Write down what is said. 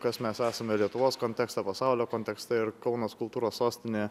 kas mes esame lietuvos kontekste pasaulio kontekste ir kaunas kultūros sostinė